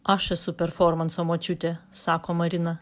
aš esu performanso močiutė sako marina